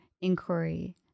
inquiry